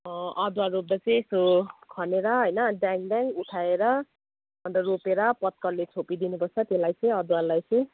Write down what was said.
अदुवा रोप्दा चाहिँ त्यो खनेर होइन ड्याङ ड्याङ उठाएर अन्त रोपेर पत्करले छोपिदिनुपर्छ त्यसलाई चाहिँ अदुवालाई चाहिँ